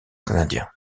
canadien